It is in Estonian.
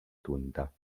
tunda